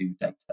data